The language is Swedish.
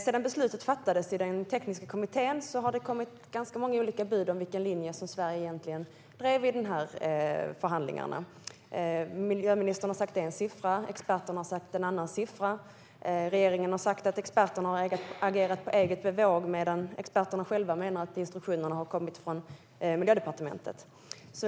Sedan beslutet fattades i den tekniska kommittén har det kommit ganska många olika bud om vilken linje Sverige drev i dessa förhandlingar. Miljöministern har sagt en siffra, experterna har sagt en annan och regeringen har sagt att experterna har agerat på eget bevåg, medan experterna själva menar att instruktionerna har kommit från Miljödepartementet.